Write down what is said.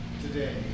today